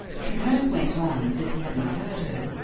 treherne went on as if he had not heard her.